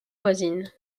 voisine